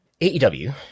AEW